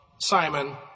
Simon